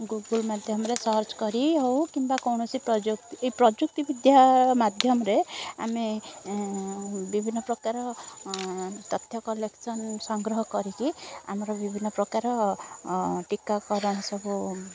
Google ମାଧ୍ୟମରେ search କରି ହେଉ କିମ୍ବା କୌଣସି ପ୍ରଯୁକ୍ତିବିଦ୍ୟା ମାଧ୍ୟମରେ ଆମେ ବିଭିନ୍ନ ପ୍ରକାର ତଥ୍ୟ କଲେକ୍ସନ୍ଡ ସଂଗ୍ରହ କରିକି ଆମର ବିଭିନ୍ନ ପ୍ରକାର ଟୀକାକରଣ ସବୁ